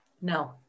No